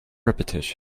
repetition